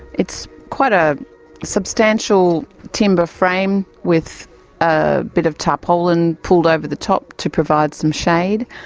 it's quite a substantial timber frame with a bit of tarpaulin pulled over the top to provide some shade.